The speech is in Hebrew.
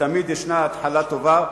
ותמיד ישנה התחלה טובה,